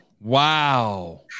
wow